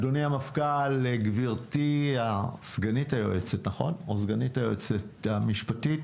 אדוני המפכ"ל וגברתי סגנית היועצת המשפטית,